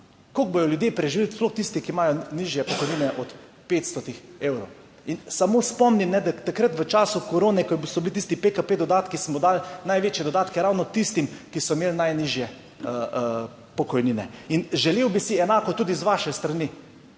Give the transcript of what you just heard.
Koliko bodo ljudje preživeli, sploh tisti, ki imajo nižje pokojnine od 500 evrov. In samo spomnim, da takrat v času korone, ko so bili tisti PKP dodatki, smo dali največje dodatke ravno tistim, ki so imeli najnižje pokojnine. In želel bi si enako tudi z vaše strani,